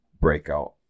breakout